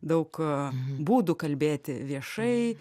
daug a būdų kalbėti viešai